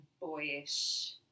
boyish